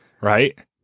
Right